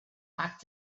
back